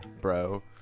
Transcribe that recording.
bro